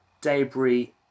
Debris